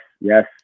yes